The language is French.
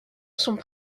sont